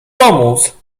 pomóc